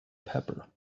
pepper